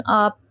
up